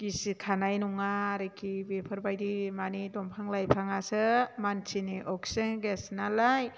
गिसिखानाय नङा आरोखि बेफोरबायदि मानि दंफां लाइफाङासो मानसिनि अक्सिजेन गेसनालाय